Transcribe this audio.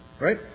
right